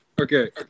Okay